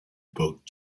book